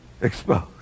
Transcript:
exposed